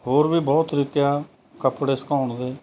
ਹੋਰ ਵੀ ਬਹੁਤ ਤਰੀਕੇ ਆ ਕੱਪੜੇ ਸੁਕਾਉਣ ਦੇ